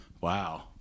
Wow